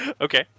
Okay